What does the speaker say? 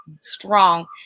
strong